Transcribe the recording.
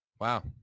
Wow